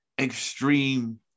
Extreme